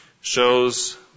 shows